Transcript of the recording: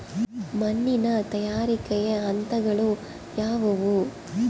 ಮಣ್ಣಿನ ತಯಾರಿಕೆಯ ಹಂತಗಳು ಯಾವುವು?